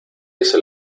dice